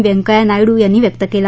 व्यंकय्या नायडू यांनी व्यक्त केला